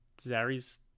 Zary's